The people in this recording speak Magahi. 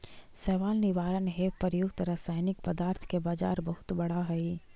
शैवाल निवारण हेव प्रयुक्त रसायनिक पदार्थ के बाजार बहुत बड़ा हई